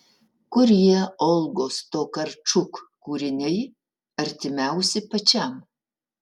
kurie olgos tokarčuk kūriniai artimiausi pačiam